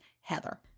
Heather